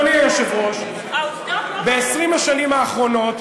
אדוני היושב-ראש, ב-20 השנים האחרונות,